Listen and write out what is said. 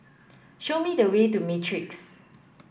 show me the way to Matrix